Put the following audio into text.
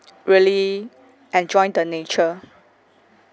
really enjoy the nature